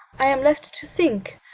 i am left to sink.